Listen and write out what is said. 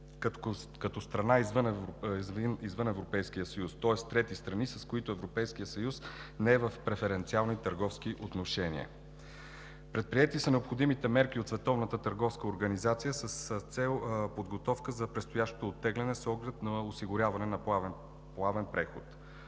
като страна извън Европейския съюз, тоест трети страни, с които Европейският съюз не е в преференциални търговски отношения. Предприети са необходимите мерки от Световната търговска организация с цел подготовка за предстоящото оттегляне с оглед на осигуряване на плавен преход.